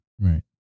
Right